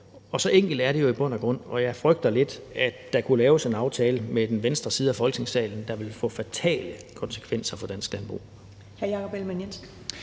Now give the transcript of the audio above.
Så enkelt er det jo i bund og grund, og jeg frygter lidt, at der kunne laves en aftale med den venstre side af Folketingssalen, der ville få fatale konsekvenser for dansk landbrug.